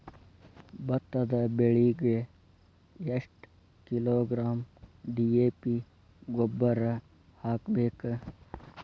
ಭತ್ತದ ಬೆಳಿಗೆ ಎಷ್ಟ ಕಿಲೋಗ್ರಾಂ ಡಿ.ಎ.ಪಿ ಗೊಬ್ಬರ ಹಾಕ್ಬೇಕ?